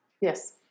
Yes